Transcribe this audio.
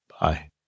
Bye